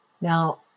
Now